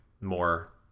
more